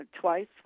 twice